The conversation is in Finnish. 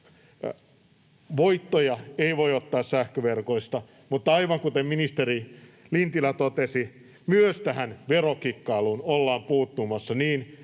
ottaa ylisuuria voittoja, mutta aivan kuten ministeri Lintilä totesi, myös tähän verokikkailuun ollaan puuttumassa niin,